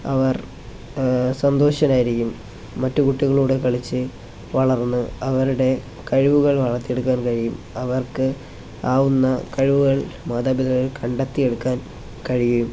അവർ സന്തോഷവാനായിരിക്കും മറ്റു കുട്ടികളുടെ കളിച്ചു വളർന്ന് അവരുടെ കഴിവുകൾ വളർത്തിയെടുക്കാൻ കഴിയും അവർക്ക് ആവുന്ന കഴിവുകൾ മാതാപിതാ കണ്ടെത്തി എടുക്കാൻ കഴിയും